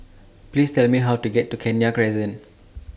Please Tell Me How to get to Kenya Crescent